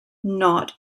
not